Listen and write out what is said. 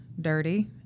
dirty